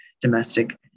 domestic